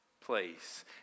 place